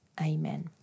amen